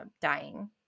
dying